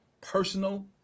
personal